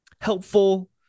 helpful